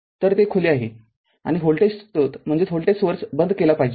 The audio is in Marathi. तर ते खुले आहे आणि व्होल्टेज स्रोत बंद केला पाहिजे